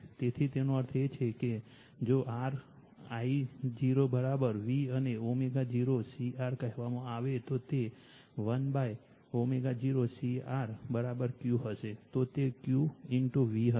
તેથી તેનો અર્થ એ કે જો R I 0V અને ω0 C R કહેવામાં આવે તો તે 1ω0 C RQ હશે તો તે Q V હશે